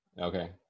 Okay